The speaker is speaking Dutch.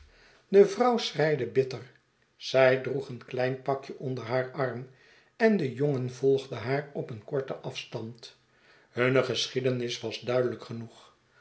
de vrouw schreide bitter zy droeg een klein pakje onder haar arm en de jongen volgde haar op een korten afstand hunne geschiedenis was duidelijk genoeg